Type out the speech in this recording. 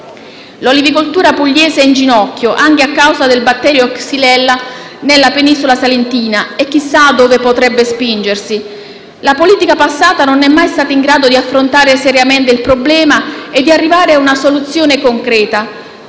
L'olivicoltura pugliese è in ginocchio anche a causa del batterio xylella nella penisola salentina, che chissà dove potrebbe spingersi. La politica passata non è mai stata in grado di affrontare seriamente il problema e di arrivare a una soluzione concreta.